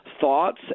thoughts